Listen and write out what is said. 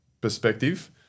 perspective